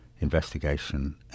investigation